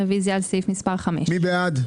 רוויזיה על סעיף מספר 4. מי בעד?